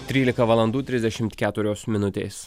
trylika valandų trisdešimt keturios minutės